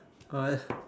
what